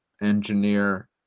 engineer